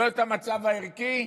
לא את המצב הערכי,